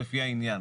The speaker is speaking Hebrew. לפי העניין.